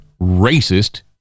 racist